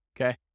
Okay